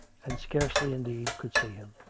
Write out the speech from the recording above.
and scarcely, indeed, could see him